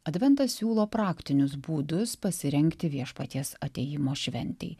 adventas siūlo praktinius būdus pasirengti viešpaties atėjimo šventei